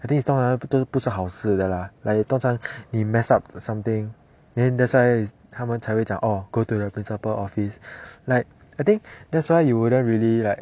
I think it's 当然不是好事的 lah like 通常你 mess up something then that's why 他们才会讲 oh go to the principal office like I think that's why you wouldn't really like